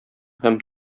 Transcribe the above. һәм